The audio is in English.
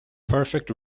perfect